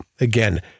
again